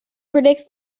predicts